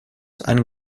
han